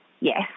Yes